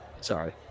Sorry